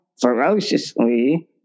ferociously